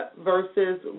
versus